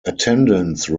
attendance